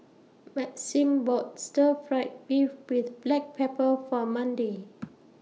Maxim bought Stir Fry Beef with Black Pepper For Mandi